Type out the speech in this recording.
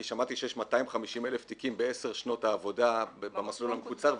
כי שמעתי שיש 250,000 תיקים בעשר שנות העבודה במסלול המקוצר,